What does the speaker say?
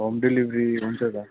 home delivery हुन्छ त